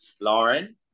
Lauren